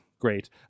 Great